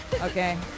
Okay